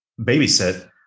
babysit